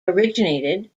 originated